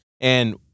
And-